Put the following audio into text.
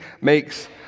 makes